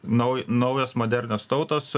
nauj naujos modernios tautos